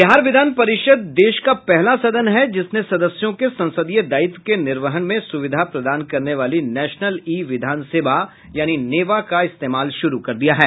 बिहार विधान परिषद देश का पहला सदन है जिसने सदस्यों के संसदीय दायित्व के निर्वहन में सुविधा प्रदान करने वाली नेशनल ई विधान सेवा यानी नेवा का इस्तेमाल शुरू कर दिया है